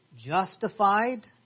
justified